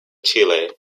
chile